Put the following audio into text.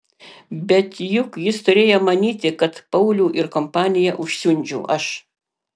bet juk jis turėjo manyti kad paulių ir kompaniją užsiundžiau aš